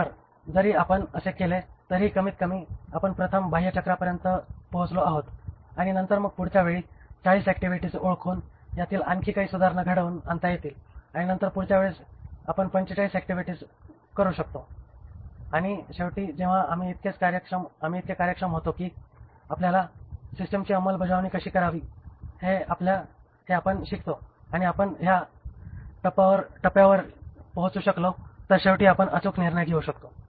तर जरी आपण असे केले तरीही कमीतकमी आपण प्रथम बाह्यचक्रा पर्यंत पोहोचलो आहोत आणि नंतर मग पुढच्या वेळी 40 ऍक्टिव्हिटीज ओळखून यातील आणखी काही सुधारणा घडवून आणता येतील आणि नंतर पुढच्या वेळी आपण 45 ऍक्टिव्हिटीज करू शकतो आणि शेवटी जेव्हा आम्ही इतके कार्यक्षम होतो की आपल्याला सिस्टमची अंमलबजावणी कशी करावी हे आपण शिकतो आणि आपण या टप्प्यावर पोहोचू शकलो तर शेवटी आपण अचूक निर्णय घेऊ शकतो